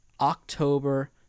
October